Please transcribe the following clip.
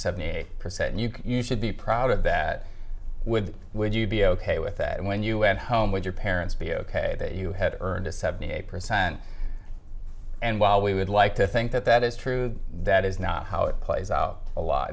seventy eight percent and you can you should be proud of that with would you be ok with that when you went home with your parents be ok that you had earned a seventy eight percent and while we would like to think that that is true that is not how it plays out a lot